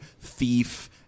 thief